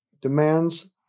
demands